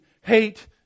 hate